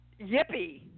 yippee